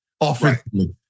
offensively